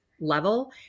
level